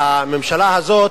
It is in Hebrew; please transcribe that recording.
הממשלה הזאת,